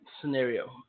scenario